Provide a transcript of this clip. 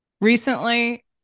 recently